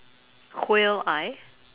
quail eye